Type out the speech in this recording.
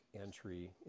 entry